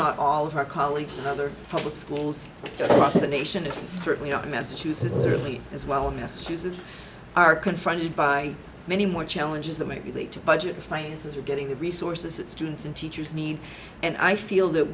not all of our colleagues in other public schools across the nation is certainly not in massachusetts early as well in massachusetts are confronted by many more challenges that maybe lead to budget finances are getting the resources that students and teachers need and i feel that